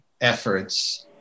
efforts